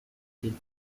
del